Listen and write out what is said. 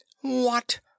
What